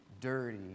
dirty